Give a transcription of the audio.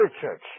church